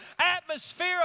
atmosphere